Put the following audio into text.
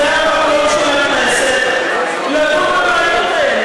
זה המקום של הכנסת לדון בבעיות האלה.